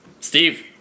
Steve